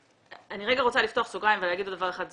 אני רגע רוצה לפתוח סוגריים ולהגיד דבר אחד.